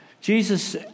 Jesus